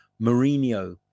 Mourinho